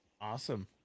Awesome